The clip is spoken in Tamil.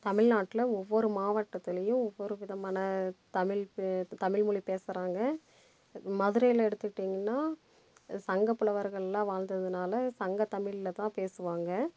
தமில்நாட்டில் ஒவ்வொரு மாவட்டத்திலையும் ஒவ்வொரு விதமான தமிழ் பே தமிழ்மொழி பேசுகிறாங்க மதுரையில் எடுத்துட்டீங்கனால் சங்கப்புலவர்கள்லாம் வாழ்ந்ததுனால சங்க தமிழில்தான் பேசுவாங்க